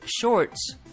shorts